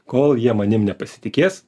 kol jie manim nepasitikės